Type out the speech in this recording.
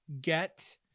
get